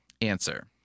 Answer